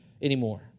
anymore